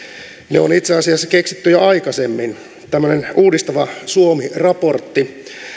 ne on itse asiassa keksitty jo aikaisemmin on tämmöinen uudistava suomi raportti